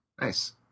Nice